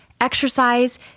exercise